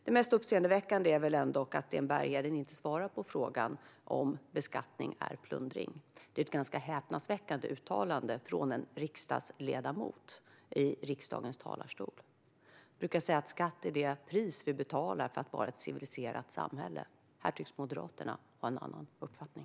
Det mest uppseendeväckande är väl ändå att Sten Bergheden inte svarar på frågan om huruvida beskattning är plundring. Det är ett ganska häpnadsväckande uttalande från en riksdagsledamot i riksdagens talarstol. Jag brukar säga att skatt är det pris vi betalar för att vara ett civiliserat samhälle. Här tycks Moderaterna ha en annan uppfattning.